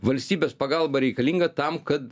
valstybės pagalba reikalinga tam kad